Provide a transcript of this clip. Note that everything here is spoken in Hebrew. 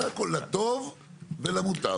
לטוב ולמוטב.